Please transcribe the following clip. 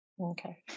Okay